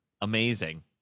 Amazing